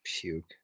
puke